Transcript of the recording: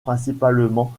principalement